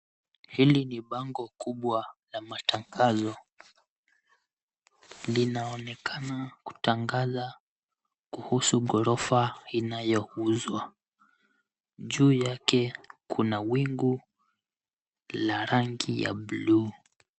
Hili ni bango kubwa la matangazo, linaonekana kutangaza kuhusu ghorofa inayouzwa. Juu yake kuna wingu la rangi ya buluu.